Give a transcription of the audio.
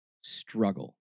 struggle